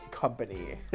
Company